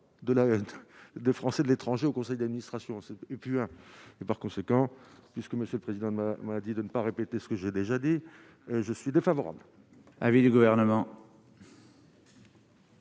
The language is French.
2 Français de l'étranger au conseil d'administration et puis. Et, par conséquent, puisque monsieur le président, ma dit de ne pas répéter ce que j'ai déjà dit je suis défavorable.